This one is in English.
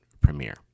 premiere